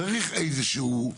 צריך איזשהו,